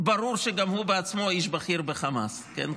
ברור שגם הוא בעצמו איש בכיר בחמאס, כן?